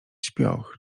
śpioch